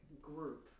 group